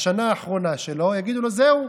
בשנה האחרונה שלו יגידו לו: זהו,